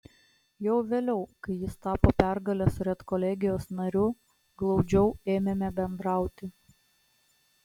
jau vėliau kai jis tapo pergalės redkolegijos nariu glaudžiau ėmėme bendrauti